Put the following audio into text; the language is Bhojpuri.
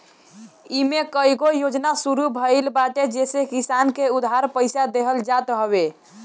इमे कईगो योजना शुरू भइल बाटे जेसे किसान के उधार पईसा देहल जात हवे